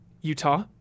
Utah